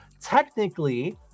technically